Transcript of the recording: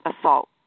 assault